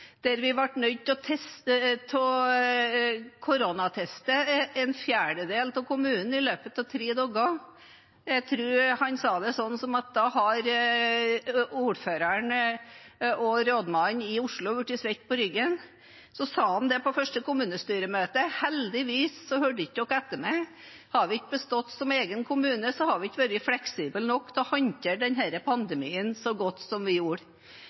der vi ble nødt til å koronateste en fjerdedel av kommunen i løpet av tre dager, tror jeg han sa det sånn at da hadde ordføreren og byrådet i Oslo blitt svette på ryggen. Og på det første kommunestyremøtet sa han: Heldigvis hørte dere ikke på meg. Hadde vi ikke bestått som egen kommune, hadde vi ikke vært fleksible nok til å håndtere denne pandemien så godt som vi gjorde.